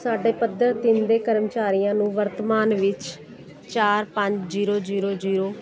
ਸਾਡੇ ਪੱਧਰ 'ਤੇ ਹੁੰਦੇ ਕਰਮਚਾਰੀਆਂ ਨੂੰ ਵਰਤਮਾਨ ਵਿੱਚ ਚਾਰ ਪੰਜ ਜੀਰੋ ਜੀਰੋ ਜੀਰੋ